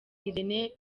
irene